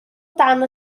dan